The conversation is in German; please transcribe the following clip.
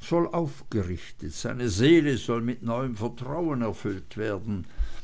soll aufgerichtet seine seele soll mit neuem vertrauen erfüllt werden